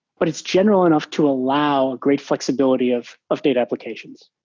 but it's general enough to allow a great flexibility of of data applications.